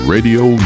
Radio